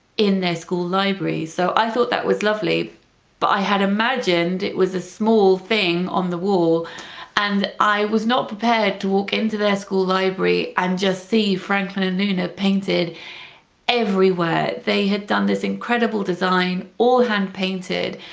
in their school library, so i thought that was lovely but i had imagined it was a small thing on the wall and i was not prepared to walk into their school library and um just see franklin and luna painted everywhere. they had done this incredible design, all hand-painted,